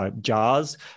jars